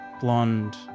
blonde